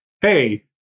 hey